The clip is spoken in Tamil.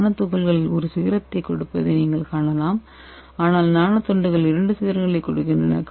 நானோ துகள்கள் ஒரு சிகரத்தைக் கொடுப்பதை நீங்கள் காணலாம் ஆனால் நானோ தண்டுகள் இரண்டு சிகரங்களைக் கொடுக்கின்றன